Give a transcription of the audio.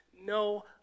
no